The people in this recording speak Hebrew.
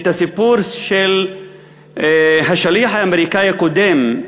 את הסיפור של השליח האמריקני הקודם,